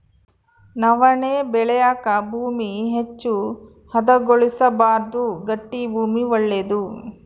ನವಣೆ ಬೆಳೆಯಾಕ ಭೂಮಿ ಹೆಚ್ಚು ಹದಗೊಳಿಸಬಾರ್ದು ಗಟ್ಟಿ ಭೂಮಿ ಒಳ್ಳೇದು